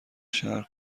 شهر